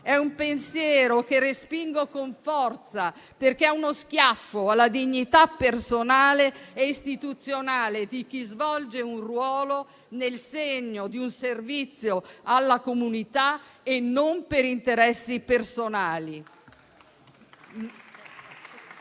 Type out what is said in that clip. È un pensiero che respingo con forza, perché è uno schiaffo alla dignità personale e istituzionale di chi svolge un ruolo nel segno di un servizio alla comunità e non per interessi personali.